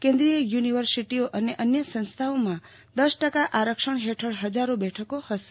કેન્દ્રીય યુનિવર્સિટીઓ અને અન્ય સંસ્થાઓમાં દસ ટકા આરક્ષણ હેઠળ હજારો બેઠકો હશે